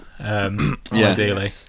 Ideally